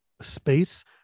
space